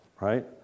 right